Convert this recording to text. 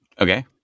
Okay